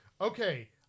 Okay